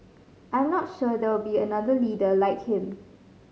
I am not sure there will be another leader like him